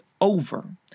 over